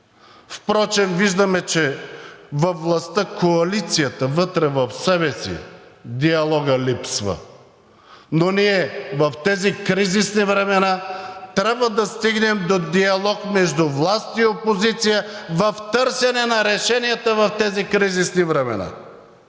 Впрочем виждаме, че във властта коалицията, вътре в себе си, диалогът липсва, но ние в тези кризисни времена трябва да стигнем до диалог между власт и опозиция в търсене на решенията в тези кризисни времена.